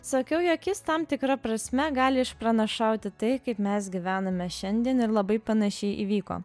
sakiau jog jis tam tikra prasme gali išpranašauti tai kaip mes gyvename šiandien ir labai panašiai įvyko